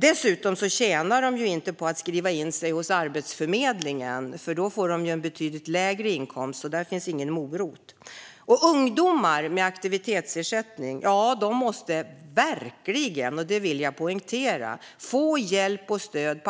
De tjänar inte heller på att skriva in sig hos Arbetsförmedlingen, för då får de en betydligt lägre inkomst. Där finns det alltså ingen morot. När det gäller ungdomar med aktivitetsersättning måste de verkligen - och det vill jag poängtera - på alla sätt få hjälp och stöd